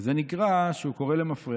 שזה קורא למפרע,